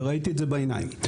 וראיתי את זה בעיניים,